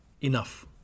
enough